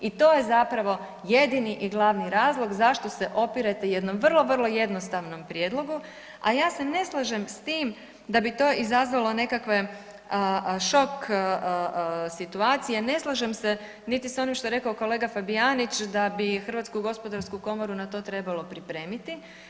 I to je zapravo jedini i glavni razlog zašto se opirete jednom vrlo, vrlo jednostavnom prijedlogu, a ja se ne slažem s tim da bi to izazvalo nekakve šok situacije, ne slažem niti s onim što je rekao kolega Fabijanić da bi Hrvatsku gospodarsku komoru na to trebalo pripremiti.